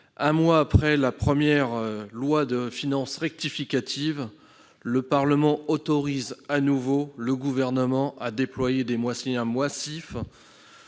Un mois après la première loi de finances rectificative, le Parlement autorise de nouveau le Gouvernement à déployer des moyens massifs